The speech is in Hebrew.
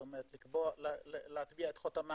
כלומר להטביע חותמה